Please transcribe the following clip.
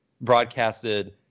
broadcasted